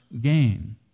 gain